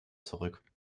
zurück